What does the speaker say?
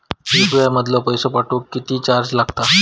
UPI मधलो पैसो पाठवुक किती चार्ज लागात?